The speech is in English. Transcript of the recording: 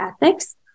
ethics